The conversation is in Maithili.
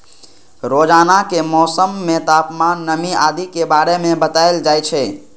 रोजानाक मौसम मे तापमान, नमी आदि के बारे मे बताएल जाए छै